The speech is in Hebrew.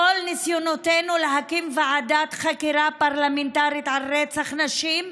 כל ניסיונותינו להקים ועדת חקירה פרלמנטרית על רצח נשים נכשלו,